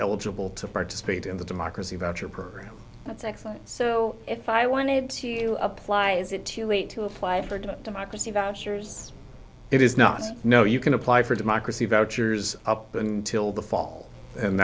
eligible to participate in the democracy voucher program that's excellent so if i wanted to apply is it too late to apply for to democracy vouchers it is not know you can apply for democracy vouchers up until the fall and